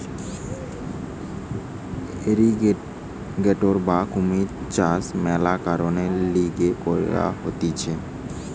alligator বা কুমিরের চাষ মেলা কারণের লিগে করা হতিছে